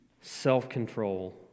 self-control